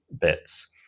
bits